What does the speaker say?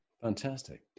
fantastic